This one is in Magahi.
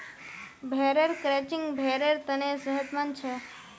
भेड़ेर क्रचिंग भेड़ेर तने सेहतमंद छे